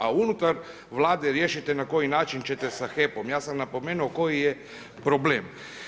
A unutar Vlade riješite na koji način ćete sa HEP-om, ja sam napomenuo koji je problem.